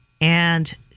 and-